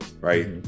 right